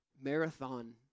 marathon